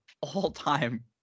all-time